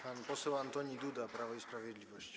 Pan poseł Antoni Duda, Prawo i Sprawiedliwość.